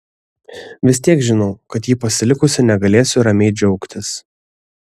vis tiek žinau kad jį pasilikusi negalėsiu ramiai džiaugtis